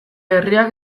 herriak